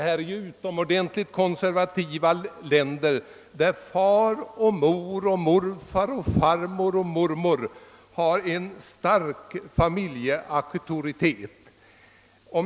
Men detta är ju utomordentligt konservativa länder där far, mor, farfar, farmor, morfar och mormor har en stark familjeauktoritet.